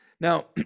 Now